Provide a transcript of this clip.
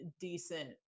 decent